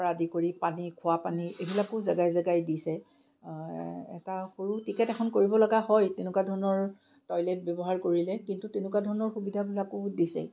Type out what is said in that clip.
আদি কৰি পানী খোৱাপানী এইবিলাকো জেগাই জেগাই দিছে এটা সৰু টিকেট এখন কৰিবলগা হয় তেনেকুৱা ধৰণৰ টয়লেট ব্যৱহাৰ কৰিলে কিন্তু তেনেকুৱা ধৰণৰ সুবিধাবিলাকো দিছে